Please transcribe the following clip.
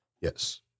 Yes